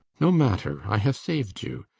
no matter. i have saved you.